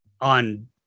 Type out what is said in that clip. on